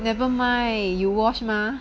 never mind you wash mah